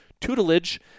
tutelage